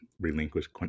relinquish